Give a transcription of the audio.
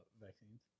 vaccines